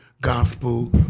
gospel